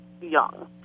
young